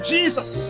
Jesus